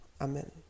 amen